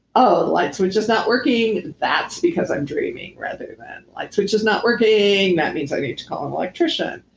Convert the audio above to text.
oh, light switch is not working that's because i'm dreaming, rather than, light switch is not working. that means i need to call an electrician.